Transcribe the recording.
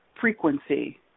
frequency